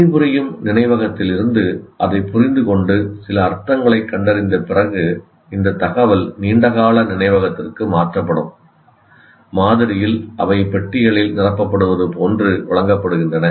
பணிபுரியும் நினைவகத்திலிருந்து அதைப் புரிந்துகொண்டு சில அர்த்தங்களைக் கண்டறிந்த பிறகு இந்தத் தகவல் நீண்டகால நினைவகத்திற்கு மாற்றப்படும் மாதிரியில் அவை பெட்டிகளில் நிரப்பப்படுவது போன்று வழங்கப்படுகின்றன